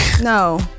No